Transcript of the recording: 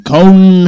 Cone